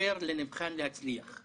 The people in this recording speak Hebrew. לאפשר לנבחן להצליח.